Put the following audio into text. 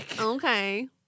Okay